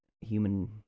human